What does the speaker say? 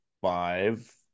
five